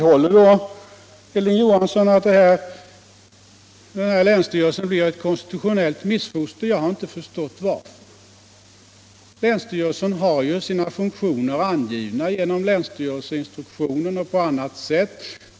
Hilding Johansson vidhåller att länsstyrelsen blir ett konstitutionellt missfoster. Jag har inte förstått orsaken härtill. Länsstyrelsen har sina funktioner angivna i länsstyrelseinstruktionen och på annat sätt.